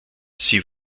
sie